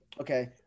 okay